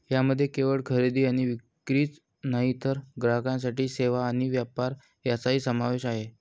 यामध्ये केवळ खरेदी आणि विक्रीच नाही तर ग्राहकांसाठी सेवा आणि व्यापार यांचाही समावेश आहे